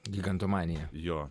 gigantomanija jo